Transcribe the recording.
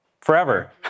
forever